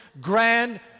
grand